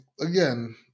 again